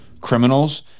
criminals